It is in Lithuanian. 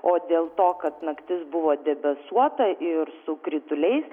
o dėl to kad naktis buvo debesuota ir su krituliais